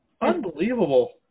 Unbelievable